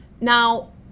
Now